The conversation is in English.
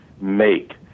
make